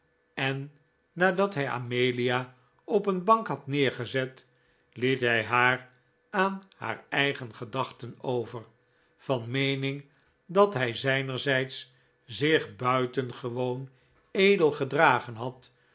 en nadat hij amelia op een bank had neergezet liet hij haar aan haar eigen gedachten over van meening dat hij zijnerzijds zich buitengewoon edel gedragen had